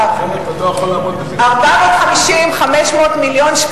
450 מיליון,